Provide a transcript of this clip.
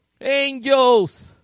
angels